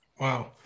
Wow